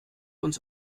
uns